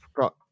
got